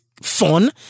Fun